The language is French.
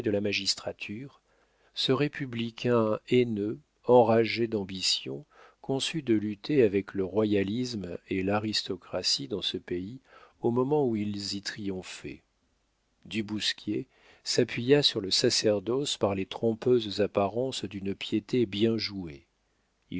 la magistrature ce républicain haineux enragé d'ambition conçut de lutter avec le royalisme et l'aristocratie dans ce pays au moment où ils y triomphaient du bousquier s'appuya sur le sacerdoce par les trompeuses apparences d'une piété bien jouée